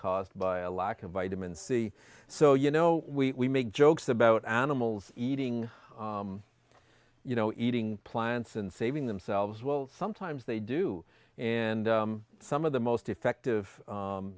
caused by a lack of vitamin c so you know we make jokes about animals eating you know eating plants and saving themselves well sometimes they do and some of the most effective